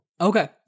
okay